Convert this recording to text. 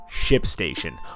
ShipStation